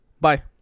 Bye